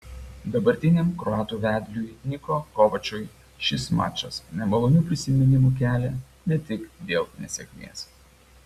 dabartiniam kroatų vedliui niko kovačui šis mačas nemalonių prisiminimų kelia ne tik dėl nesėkmės